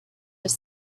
have